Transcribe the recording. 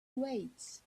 weights